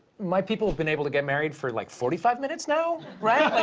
my people have been able to get married for, like, forty five minutes now, right? it